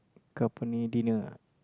company dinner ah